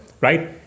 Right